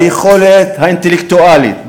ביכולת האינטלקטואלית,